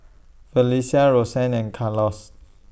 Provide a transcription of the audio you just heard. Felecia Rosanne and Carlos